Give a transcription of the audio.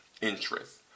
interest